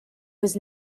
was